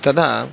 तदा